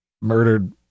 murdered